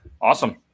Awesome